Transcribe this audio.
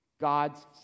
God's